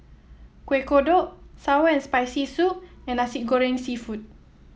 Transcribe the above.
Kueh Kodok sour and Spicy Soup and Nasi Goreng seafood